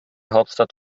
hauptstadt